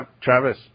Travis